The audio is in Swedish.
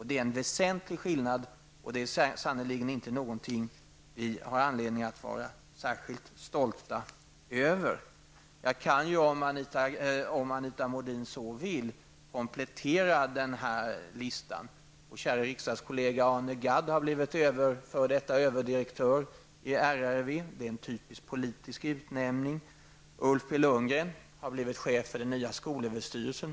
Det är en väsentlig skillnad, och sannerligen inte någonting vi har anledning att vara särskilt stolta över. Jag kan ju, om Anita Modin så vill, komplettera den här listan. Vår käre riksdagskollega Arne Gadd har blivit f.d. överdirektör i RRV. Det är en typiskt politisk utnämning. Ulf P Lundgren har blivit chef för den nya skolöverstyrelsen.